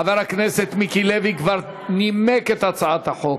חבר הכנסת מיקי לוי כבר נימק את הצעת החוק,